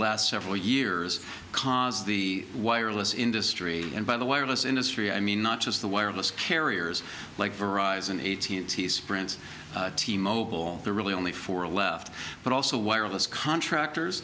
last several years caused the wireless industry and by the wireless industry i mean not just the wireless carriers like horizon eighteen t sprint t mobile the really only four left but also wireless contractors